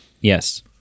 Yes